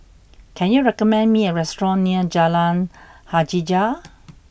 can you recommend me a restaurant near Jalan Hajijah